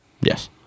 Yes